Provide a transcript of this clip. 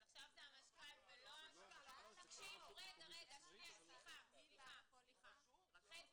אז עכשיו זה המשכ"ל ולא ----- מי שקבע את